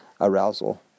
arousal